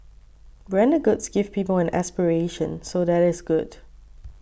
branded goods give people an aspiration so that is good